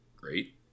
great